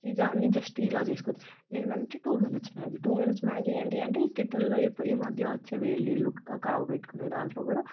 ఇవన్నీ జస్ట్ ఇలా చేసుకోవచ్చు నేనంటే two minutes Maggi two minutes Maggi అంటే అంటే ఏంటి అంటే ఈ కెటిల్లో ఈ మధ్య వచ్చే వేడి నీళ్లు కాగబెట్టుకొని దాంట్లో కూడా